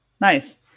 Nice